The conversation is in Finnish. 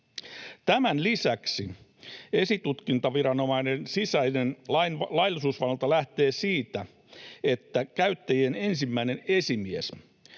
Tämän lisäksi esitutkintaviranomaisen sisäinen laillisuusvalvonta lähtee siitä, että käyttäjien ensimmäinen esimies